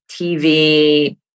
TV